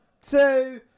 two